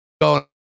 go